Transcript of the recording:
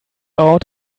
out